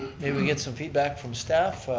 may we get some feedback from staff?